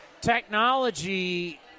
Technology